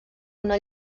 una